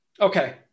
Okay